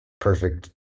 perfect